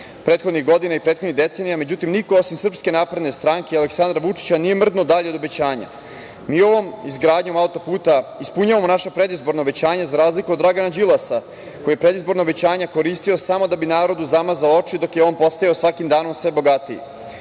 prethodnih godina i prethodnih decenija, međutim, niko osim Srpske napredne stranke i Aleksandra Vučića nije mrdnuo dalje od obećanja. Mi ovom izgradnjom autoputa ispunjavamo naša predizborna obećanja, za razliku od Dragana Đilasa koji je predizborna obećanja koristio samo da bi narodu zamazao oči, dok je on postojao svakim danom sve